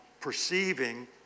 perceiving